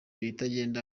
ibitagenda